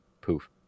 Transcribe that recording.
Poof